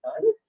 done